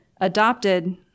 adopted